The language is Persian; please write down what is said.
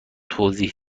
توضیح